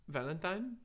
Valentine